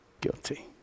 Guilty